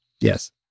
Yes